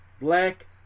black